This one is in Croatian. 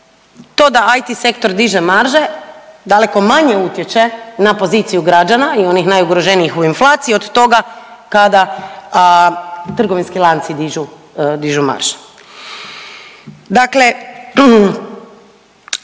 To da IT sektor diže marže daleko manje utječe na poziciju građana i onih najugroženijih u inflaciji od toga kad trgovinski lanci dižu, dižu marže. Dakle,